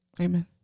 Amen